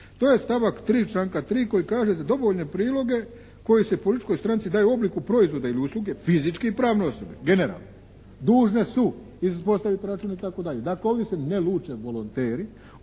To je stavak 3. članka 3. koji kaže za dobrovoljne priloge koji se političkoj stranci daju u obliku proizvoda ili usluge, fizičke i pravne osobe, generalno dužne su ispostaviti račun itd. dakle ovdje se ne luče volonteri